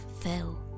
fell